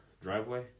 driveway